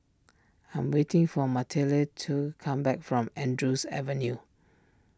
I am waiting for Matilde to come back from Andrews Avenue